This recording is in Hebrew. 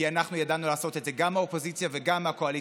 כי אנחנו ידענו לעשות את זה גם מהאופוזיציה וגם מהקואליציה,